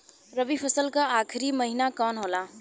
रवि फसल क आखरी महीना कवन होला?